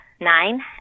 nine